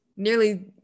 Nearly